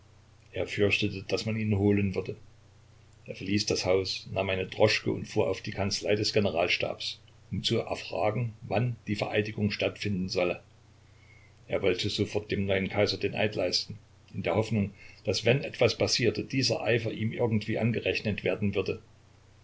er fürchtete daß man ihn holen würde er verließ das haus nahm eine droschke und fuhr auf die kanzlei des generalstabs um zu erfragen wann die vereidigung stattfinden solle er wollte sofort dem neuen kaiser den eid leisten in der hoffnung daß wenn etwas passierte dieser eifer ihm irgendwie angerechnet werden würde